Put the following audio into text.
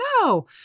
No